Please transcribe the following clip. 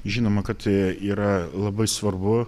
žinoma kad tai yra labai svarbu